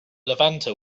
levanter